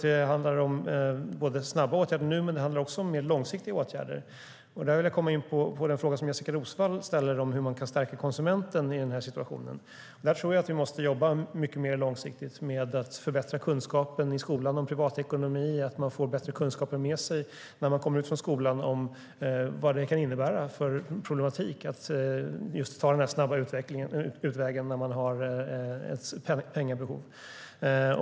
Det handlar om snabba åtgärder nu, men också om mer långsiktiga åtgärder. Då kommer jag in på den fråga som Jessika Roswall ställde om hur man kan stärka konsumenten i den här situationen. Vi måste nog jobba mycket mer långsiktigt med att förbättra kunskapen om privatekonomi i skolan så att man får bättre kunskaper med sig om vad det kan innebära för problematik att välja denna snabba utväg när man har ett pengabehov.